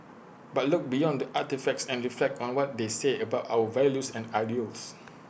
but look beyond the artefacts and reflect on what they say about our values and ideals